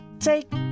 Take